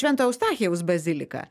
švento eustachijaus bazilika